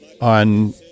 on